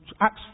Acts